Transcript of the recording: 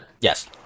Yes